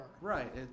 Right